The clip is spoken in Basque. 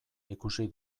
ikusi